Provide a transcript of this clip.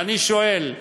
ואני שואל: